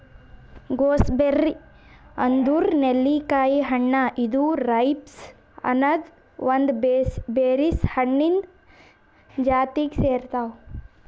gooseberry ಅಂದುರ್ ನೆಲ್ಲಿಕಾಯಿ ಹಣ್ಣ ಇದು ರೈಬ್ಸ್ ಅನದ್ ಒಂದ್ ಬೆರೀಸ್ ಹಣ್ಣಿಂದ್ ಜಾತಿಗ್ ಸೇರ್ತಾವ್